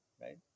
right